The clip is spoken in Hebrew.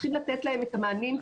צריכים לתת להם את המענים,